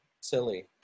silly